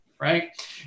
right